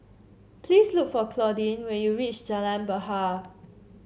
please look for Claudine when you reach Jalan Bahar